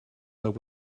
but